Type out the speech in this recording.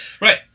right